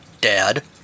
Dad